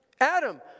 Adam